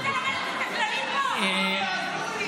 אתם לא תעשו מרד במליאת הכנסת.